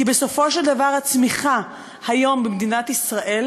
כי בסופו של דבר הצמיחה כיום במדינת ישראל